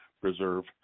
preserve